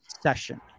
session